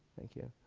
thank you.